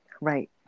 right